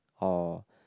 or